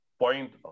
point